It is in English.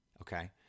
Okay